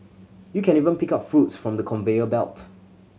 you can even pick up fruits from the conveyor belt